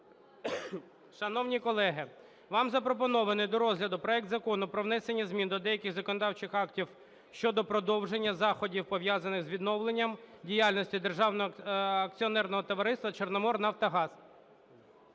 Шановні колеги, вам запропонований до розгляду проект Закону про внесення змін до деяких законодавчих актів щодо подовження заходів, пов'язаних з відновленням діяльності Державного акціонерного товариства "Чорноморнафтогаз"